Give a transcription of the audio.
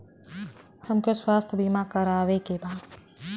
हमके स्वास्थ्य बीमा करावे के बा?